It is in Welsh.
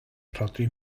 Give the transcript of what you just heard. rhodri